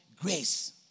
Grace